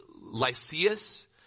Lysias